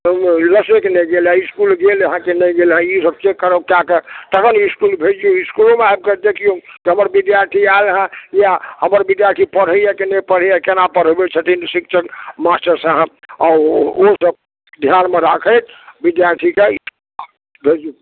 गेल हेँ कि नहि गेल हेँ इसकुल गेल हेँ कि नहि ईसभ चेक करब जा कऽ तहन इसकुल भेजियौ इसकुलोमे आबि कऽ देखियौ कि हमर विद्यार्थी आयल हेँ या हमर विद्यार्थी पढ़ैए कि नहि पढ़ैए केना पढ़बै छथिन शिक्षक मास्टर साहब आ ओसभ ध्यानमे राखैत विद्यार्थीकेँ भेजू